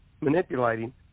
manipulating